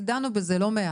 כי דנו על זה לא מעט.